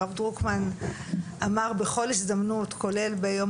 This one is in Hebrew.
הרב דרוקמן אמר בכל הזדמנות כולל ביום